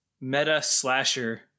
meta-slasher